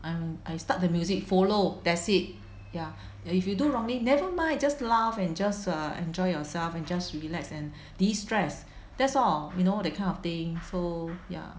um I start the music follow that's it ya if you do wrongly never mind just laugh and just err enjoy yourself and just relax and destress that's all you know that kind of thing so ya